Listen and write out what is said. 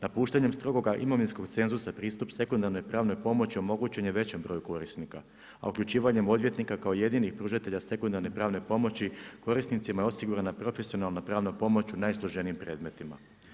Napuštanjem strogoga imovinskog cenzusa pristup sekundarnoj pravnoj pomoći omogućen je većem broju korisnika, a uključivanjem odvjetnika kao jedinih pružatelja sekundarne pravne pomoći korisnicima je osigurana profesionalna pravna pomoć u najsloženijim predmetima.